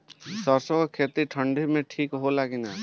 सरसो के खेती ठंडी में ठिक होला कि ना?